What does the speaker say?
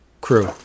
crew